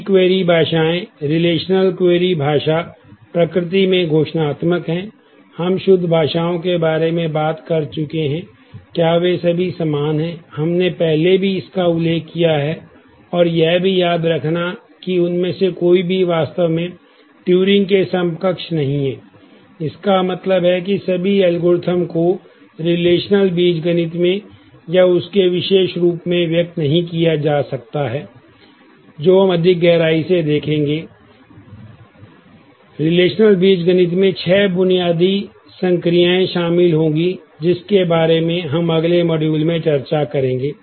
सभी क्वेरी में चर्चा करेंगे